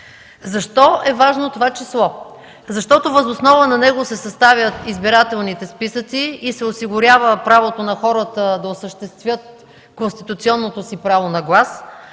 Защо е важно това число? Защото въз основа на него се съставят избирателните списъци и се осигурява правото на хората да осъществят конституционното си право на глас.